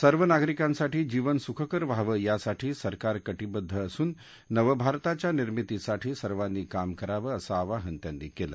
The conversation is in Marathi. सर्व नागरिकांसाठी जीवन सुखकर व्हावं यासाठी सरकार कटिबद्ध असून नवभारताच्या निर्मितीसाठी सर्वानी काम करावं असं आवाहन त्यांनी केलं